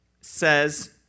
says